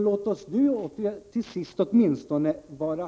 Låt oss till sist vara åtminstone